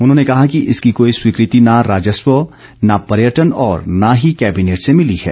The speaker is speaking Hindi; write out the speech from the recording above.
उन्होंने कहा कि इसकी कोई स्वीकृति न राजस्व न पर्यटन और न ही केबिनेट से मिली है